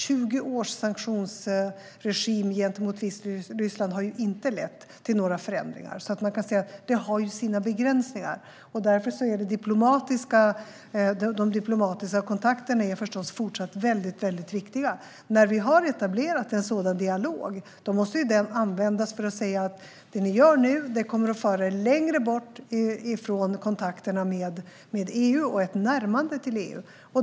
20 års sanktionsregim gentemot Vitryssland har inte lett till några förändringar. Man kan alltså säga att det har sina begränsningar. Därför är de diplomatiska kontakterna förstås även fortsättningsvis väldigt viktiga. När vi har etablerat en sådan dialog måste den användas för att säga: Det ni gör nu kommer att föra er längre bort från kontakterna med EU och ett närmande till EU.